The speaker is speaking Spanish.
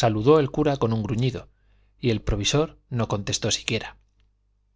saludó el cura con un gruñido y el provisor no contestó siquiera